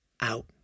out